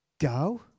Go